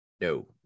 No